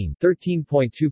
13.2